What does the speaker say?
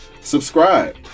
subscribe